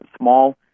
small